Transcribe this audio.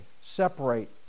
separate